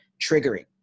triggering